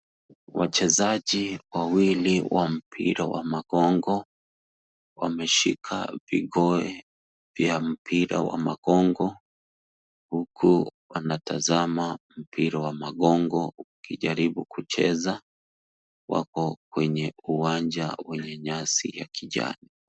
Wachezaji wawili wa mpira wa magongo, wameshika vigoe vya mpira wa magongo, huku wanatazama mpira wa magongo wakijaribu kucheza. Wako kwenye uwanja wenye nyasi ya kijani.